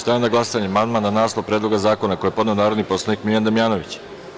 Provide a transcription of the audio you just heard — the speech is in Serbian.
Stavljam na glasanje amandman na naslov Predloga zakona koji je podneo narodni poslanik Miljan Damjanović.